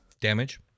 Damage